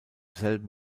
selben